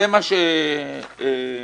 איתן,